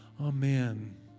amen